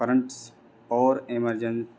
currents اور ایمرجن